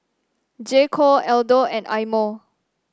J Co Aldo and Eye Mo